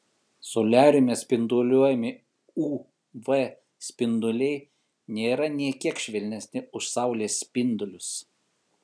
soliariume spinduliuojami uv spinduliai nėra nė kiek švelnesni už saulės spindulius